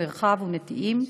"למרחב" ו"נטיעים",